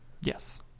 Yes